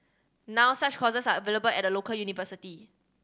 now such courses are available at a local university